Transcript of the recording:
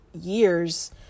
years